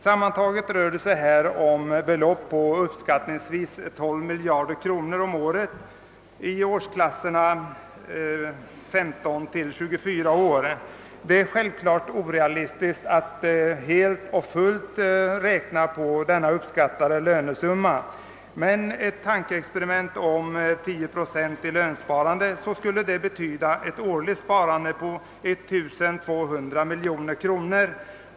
Sammanlagt rör det sig om belopp på uppskattningsvis 12 miljarder kronor om året för årsklasserna 15 till 24 år. Det är självfallet orealistiskt att helt och fullt räkna med denna uppskattade lönesumma, men om vi gör tankeexperimentet att 10 procent skulle avsättas som lönsparande skulle det betyda ett årligt sparande på 1200 miljoner kronor.